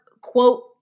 quote